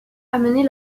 amenait